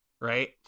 right